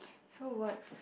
so words